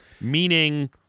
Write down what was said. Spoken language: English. Meaning